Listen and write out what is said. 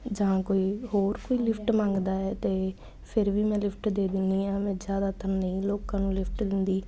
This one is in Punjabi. ਜਾਂ ਕੋਈ ਹੋਰ ਕੋਈ ਲਿਫਟ ਮੰਗਦਾ ਹੈ ਤੇ ਫਿਰ ਵੀ ਮੈਂ ਲਿਫਟ ਦੇ ਦਿੰਦੀ ਆ ਮੈਂ ਜਿਆਦਾਤਰ ਨਹੀਂ ਲੋਕਾਂ ਨੂੰ ਲਿਫਟ ਦਿੰਦੀ